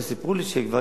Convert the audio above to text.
וסיפרו לי שהנה,